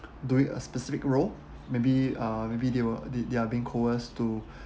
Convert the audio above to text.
doing a specific role maybe uh maybe they were they are being coerced to